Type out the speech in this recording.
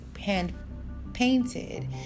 hand-painted